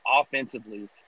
offensively